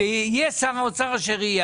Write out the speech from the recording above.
יהא שר האוצר אשר יהא.